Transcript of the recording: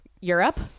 Europe